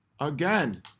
again